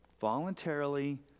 voluntarily